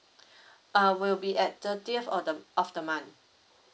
uh we'll be at thirtieth of the of the month